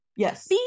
Yes